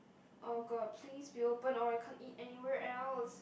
oh god please be open or I can't eat anywhere else